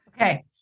Okay